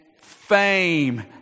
fame